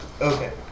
Okay